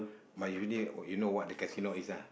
but usually you know what the casino is ah